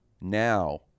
now